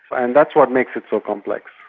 and that's what makes it so complex.